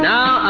Now